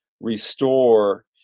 restore